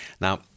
Now